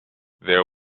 there